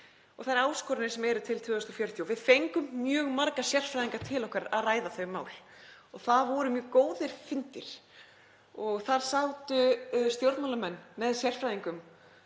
og þær áskoranir sem eru til ársins 2040. Við fengum mjög marga sérfræðinga til okkar að ræða þau mál og það voru mjög góðir fundir. Þar sátu stjórnmálamenn með sérfræðingum